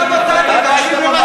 גם אתה לא היית בבית.